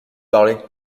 parlé